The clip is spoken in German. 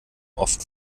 oft